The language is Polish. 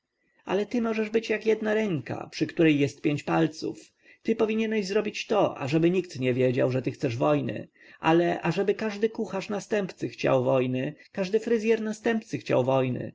ale ty możesz być jak jedna ręka przy której jest pięć palców ty powinieneś zrobić to ażeby nikt nie wiedział że ty chcesz wojny ale ażeby każdy kucharz następcy chciał wojny każdy fryzjer następcy chciał wojny